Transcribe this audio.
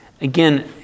again